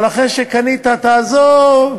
אבל אחרי שקנית, תעזוב.